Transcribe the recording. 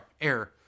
Error